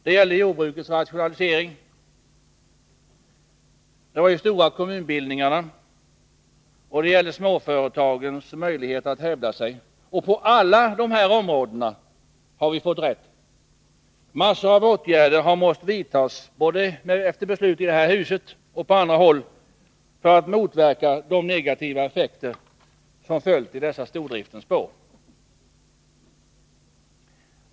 Det gällde jordbrukets rationalisering, det var de stora kommunbildningarna och det gällde småföretagens möjligheter att hävda sig. På alla de områdena har vi fått rätt. En mängd åtgärder har måst vidtas — efter beslut både i det här huset och på andra håll — för att motverka de negativa effekter som följt i dessa stordriftens spår.